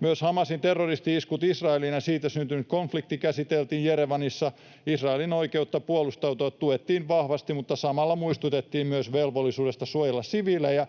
Myös Hamasin terroristi-iskut Israeliin ja siitä syntynyt konflikti käsiteltiin Jerevanissa. Israelin oikeutta puolustautua tuettiin vahvasti, mutta samalla muistutettiin myös velvollisuudesta suojella siviilejä.